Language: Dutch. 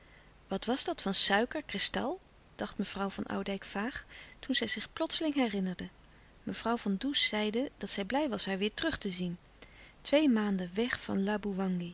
wat was dat van suiker kristal dacht mevrouw van oudijck vaag toen zij zich plotseling herinnerde mevrouw van does zeide dat zij blij was haar weêr terug te zien twee maanden weg van